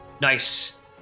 nice